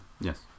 Yes